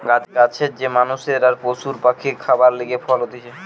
গাছের যে মানষের আর পশু পাখির খাবারের লিগে ফল হতিছে